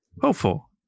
Hopeful